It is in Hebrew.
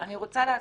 אני רוצה להזכיר,